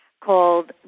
called